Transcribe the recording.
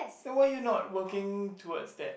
then why you not working towards that